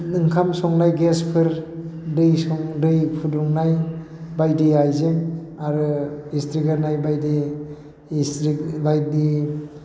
ओंखाम संनाय गेसफोर दै फुदुंनाय बायदि आइजें आरो इस्ट्रि होनाय बायदि